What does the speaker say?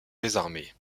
désarmer